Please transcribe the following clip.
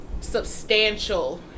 substantial